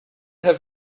have